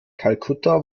kalkutta